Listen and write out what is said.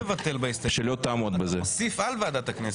אתה לא מבטל בהסתייגות, אתה מוסיף על ועדת הכנסת.